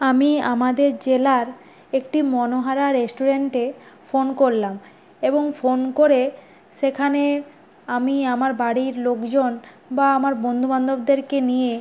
আমি আমাদের জেলার একটি মনোহারা রেস্টুরেন্টে ফোন করলাম এবং ফোন করে সেখানে আমি আমার বাড়ির লোকজন বা আমার বন্ধু বান্ধবদেরকে নিয়ে